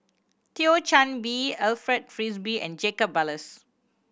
Thio Chan Bee Alfred Frisby and Jacob Ballas